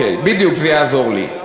סליחה, בדיוק, זה יעזור לי.